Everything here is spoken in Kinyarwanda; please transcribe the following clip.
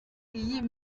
iyi